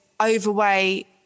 overweight